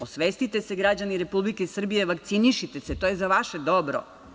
Osvestite se građani Republike Srbije, vakcinišite se, to je za vaše dobro.